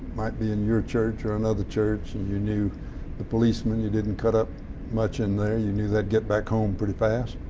might be in your church or another church. and you knew the policemen. you didn't cut up much in there. you knew that would get back home pretty fast.